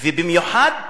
ובמיוחד,